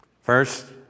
First